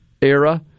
era